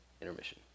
Intermission